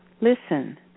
listen